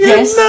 Yes